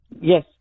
Yes